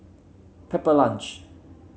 Pepper Lunch